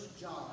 John